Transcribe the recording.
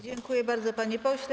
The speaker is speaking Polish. Dziękuję bardzo, panie pośle.